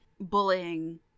bullying